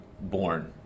born